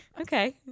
Okay